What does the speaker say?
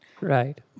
Right